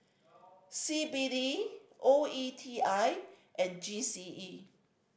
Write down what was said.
C B D O E T I and G C E